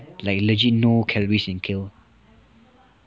like legit no calories in kale